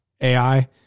AI